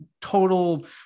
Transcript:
total